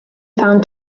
found